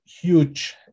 huge